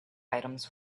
items